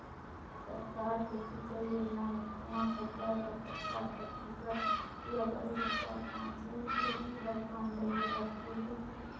सरकार के सिंचई योजना म कुंआ खोदवाए बर पचास परतिसत य बाइस हजार पाँच सौ रुपिया जेहर कम रहि ओला छूट देथे